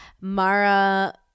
Mara